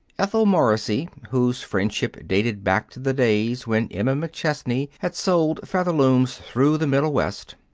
ethel morrissey, whose friendship dated back to the days when emma mcchesney had sold featherlooms through the middle west,